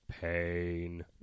pain